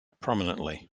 prominently